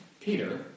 Peter